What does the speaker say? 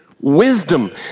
wisdom